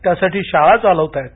त्यासाठी शाळा चालवताहेत